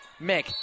Mick